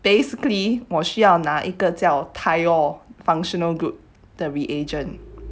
basically 我需要哪一个叫 thiol functional group the reagent